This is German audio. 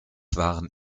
waren